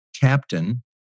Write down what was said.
captain